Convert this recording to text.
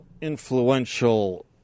influential